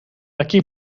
aquí